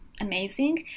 amazing